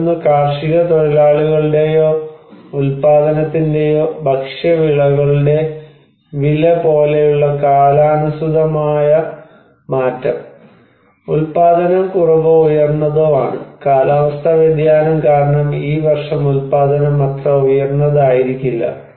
മറ്റൊന്ന് കാർഷിക തൊഴിലാളികളുടെയോ ഉൽപാദനത്തിന്റെയോ ഭക്ഷ്യവിളകളുടെ വില പോലെയുള്ള കാലാനുസൃതമായതുമായ മാറ്റം ഉൽപാദനം കുറവോ ഉയർന്നതോ ആണ് കാലാവസ്ഥാ വ്യതിയാനം കാരണം ഈ വർഷം ഉൽപാദനം അത്ര ഉയർന്നതായിരിക്കില്ല